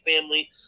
family